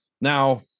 Now